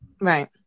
right